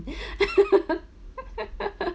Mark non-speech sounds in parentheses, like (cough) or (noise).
(breath) (laughs)